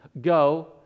Go